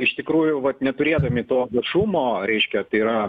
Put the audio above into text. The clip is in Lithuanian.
iš tikrųjų vat neturėdami to viešumo reiškia tai yra